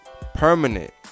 Permanent